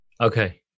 Okay